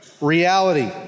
reality